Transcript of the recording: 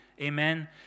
Amen